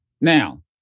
Now